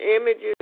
images